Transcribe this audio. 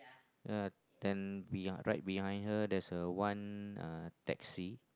uh and we are right behind her there is a one uh taxi